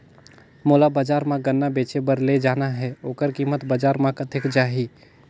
मोला बजार मां गन्ना बेचे बार ले जाना हे ओकर कीमत बजार मां कतेक जाही?